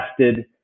tested